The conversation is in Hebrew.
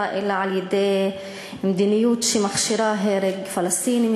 אלא על-ידי מדיניות שמכשירה הרג פלסטינים,